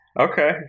Okay